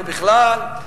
זה בכלל,